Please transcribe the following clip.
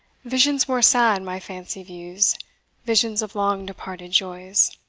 visions more sad my fancy views visions of long departed joys.